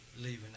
Leaving